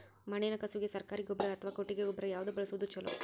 ಮಣ್ಣಿನ ಕಸುವಿಗೆ ಸರಕಾರಿ ಗೊಬ್ಬರ ಅಥವಾ ಕೊಟ್ಟಿಗೆ ಗೊಬ್ಬರ ಯಾವ್ದು ಬಳಸುವುದು ಛಲೋ?